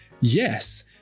Yes